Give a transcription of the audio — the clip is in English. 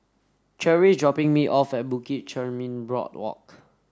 Cherri is dropping me off at Bukit Chermin Boardwalk